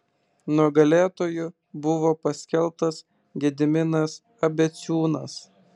nugalėtoju buvo paskelbtas gediminas abeciūnas